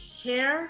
hair